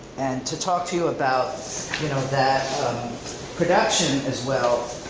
and to talk to you about you know that production as well.